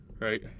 right